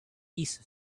east